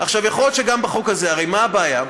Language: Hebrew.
עכשיו, יכול להיות שגם בחוק הזה, הרי מה הבעיה?